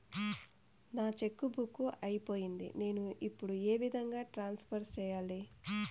నా cheque book అయిపోయింది నేను ఇప్పుడు ఏ విధంగా ట్రాన్స్ఫర్ సేయాలి?